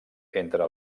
entre